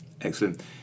Excellent